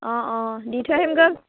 অঁ অঁ দি থৈ আহিমগৈ